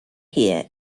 here